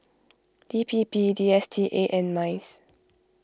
D P P D S T A and Minds